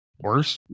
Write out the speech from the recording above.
Worse